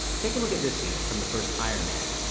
take a look at this scene from the first ironman